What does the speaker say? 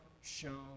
shown